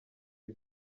iyi